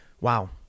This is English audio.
Wow